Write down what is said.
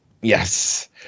yes